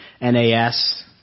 NAS